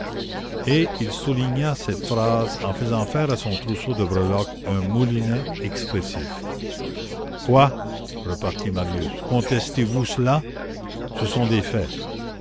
et il souligna cette phrase en faisant faire à son trousseau de breloques un moulinet expressif quoi repartit marius contestez vous cela ce sont des faits